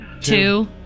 two